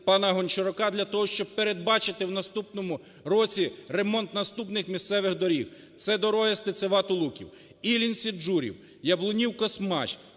пана Гончарука для того, щоб передбачити у наступному році ремонт наступних місцевих доріг, це дороги Стецева-Луки, Іллінці-Джурів, Яблунів-Космач,